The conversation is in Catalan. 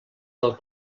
del